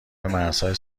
مرزهای